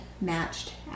matched